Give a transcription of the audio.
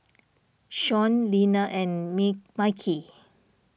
Sean Lina and Mickey